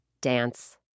dance